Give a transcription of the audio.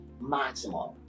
maximum